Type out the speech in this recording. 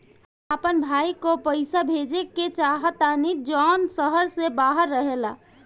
हम अपन भाई को पैसा भेजे के चाहतानी जौन शहर से बाहर रहेला